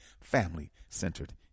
family-centered